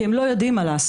כי הם לא יודעים מה לעשות,